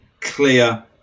clear